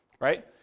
right